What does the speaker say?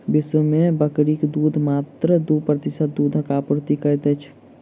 विश्व मे बकरीक दूध मात्र दू प्रतिशत दूधक आपूर्ति करैत अछि